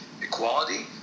equality